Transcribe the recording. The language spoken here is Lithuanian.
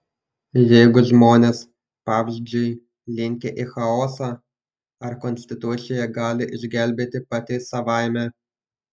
jeigu žmonės pavyzdžiui linkę į chaosą ar konstitucija gali išgelbėti pati savaime